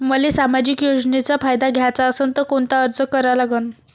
मले सामाजिक योजनेचा फायदा घ्याचा असन त कोनता अर्ज करा लागन?